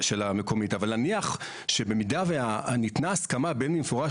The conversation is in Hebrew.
אם אני מבין לפי הפתיח שלך,